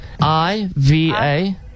I-V-A